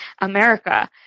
America